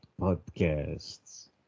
podcasts